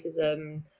racism